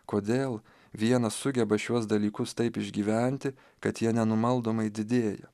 kodėl vienas sugeba šiuos dalykus taip išgyventi kad jie nenumaldomai didėja